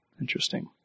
Interesting